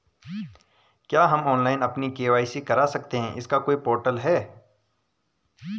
क्या हम ऑनलाइन अपनी के.वाई.सी करा सकते हैं इसका कोई पोर्टल है?